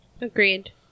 agreed